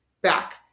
back